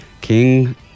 King